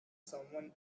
someone